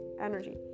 energy